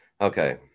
Okay